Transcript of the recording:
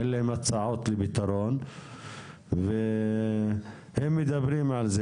אין להם הצעות לפתרון והם מדברים על זה.